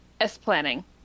S-Planning